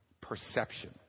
perception